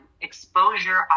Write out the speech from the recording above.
exposure